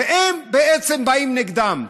והם בעצם באים נגדם.